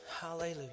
hallelujah